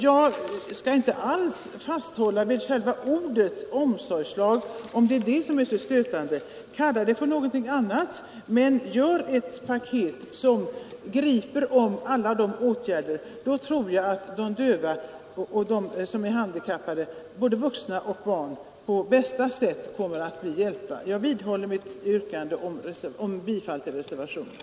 Jag skall inte alls fasthålla vid själva ordet ”omsorgslag” om det är detta man finner så stötande. Kalla det hela för någonting annat, men gör ett paket som inbegriper alla dessa åtgärder. Då tror jag att de döva och andra handikappade — både vuxna och barn — på bästa sätt kommer att bli hjälpta. Jag vidhåller mitt yrkande om bifall till reservationen.